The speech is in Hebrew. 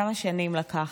כמה שנים לקח?